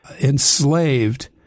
enslaved